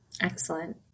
excellent